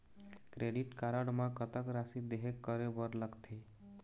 Credit card म कतक राशि देहे करे बर लगथे?